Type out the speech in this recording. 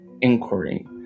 inquiry